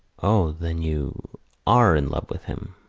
o, then, you are in love with him?